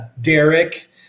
Derek